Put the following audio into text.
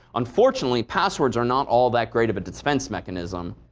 unfortunately, passwords are not all that great of a defense mechanism.